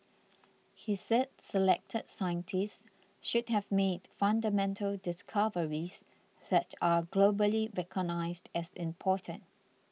he said selected scientists should have made fundamental discoveries that are globally recognised as important